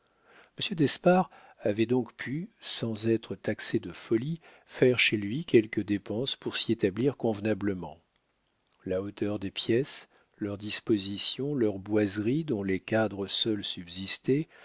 monsieur d'espard avait donc pu sans être taxé de folie faire chez lui quelques dépenses pour s'y établir convenablement la hauteur des pièces leur disposition leurs boiseries dont les cadres seuls subsistaient